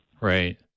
Right